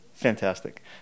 Fantastic